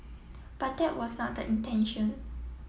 but that was not the intention